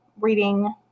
reading